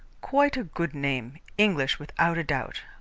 quite a good name english, without a doubt.